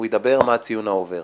הוא ידבר מה הציון העובר.